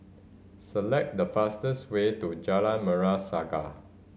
select the fastest way to Jalan Merah Saga